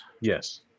yes